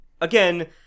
Again